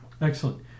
Excellent